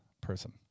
person